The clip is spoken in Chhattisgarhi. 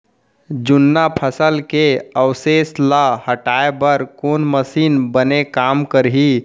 जुन्ना फसल के अवशेष ला हटाए बर कोन मशीन बने काम करही?